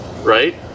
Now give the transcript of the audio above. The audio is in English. right